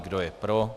Kdo je pro?